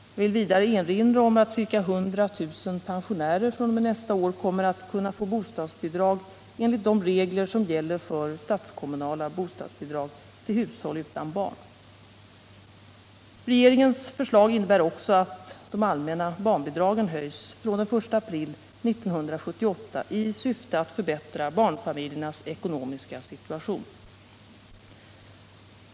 Jag vill vidare erinra om att ca 100 000 pensionärer fr.o.m. nästa år kommer att kunna få bostadsbidrag enligt de regler som gäller för statskommunala bostadsbidrag till hushåll utan barn. Regeringens förslag innebär också att de allmänna barnbidragen höjs från den 1 april 1978 i syfte att förbättra barnfamiljernas ekonomiska situation.